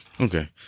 Okay